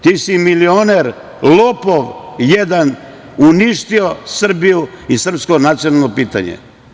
Ti si milioner, lopov jedan, uništio Srbiju i srpsko nacionalno pitanje.